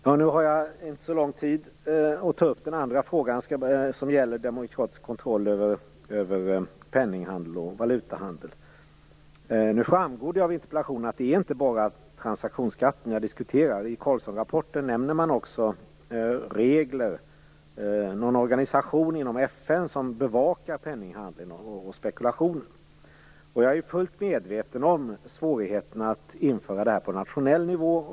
Jag hinner inte diskutera så mycket den andra frågan, som gäller demokratisk kontroll över penningoch valutahandel. Det framgår av interpellationen att det inte bara är transaktionsskatter jag diskuterar. I Carlssonrapporten nämner man också regler och någon organisation inom FN som bevakar penninghandel och spekulation. Jag är fullt medveten om svårigheterna att införa det på nationell nivå.